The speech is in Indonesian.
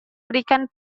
berikan